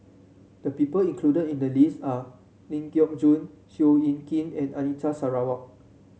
the people included in the list are Ling Geok Choon Seow Yit Kin and Anita Sarawak